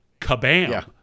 kabam